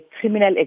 criminal